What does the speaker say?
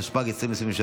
התשפ"ג 2023,